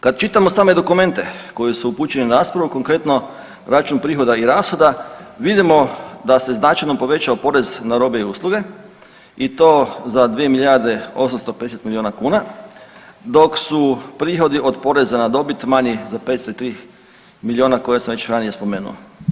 Kad čitamo same dokumente koji su upućeni u raspravu konkretno račun prihoda i rashoda vidimo da se značajno povećao porez na robe i usluge i to za 2 milijarde 850 milijuna kuna dok su prihodi od poreza na dobit manji za 603 milijuna koja sam već ranije spomenuo.